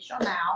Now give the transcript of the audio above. now